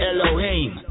Elohim